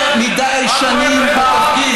יותר מדי שנים בתפקיד.